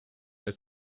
als